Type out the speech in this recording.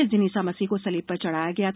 इस दिन ईसा मसीह को सलीब पर चढ़ाया गया था